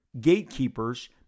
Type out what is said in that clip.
gatekeepers